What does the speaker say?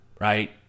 Right